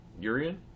Urian